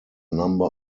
number